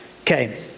Okay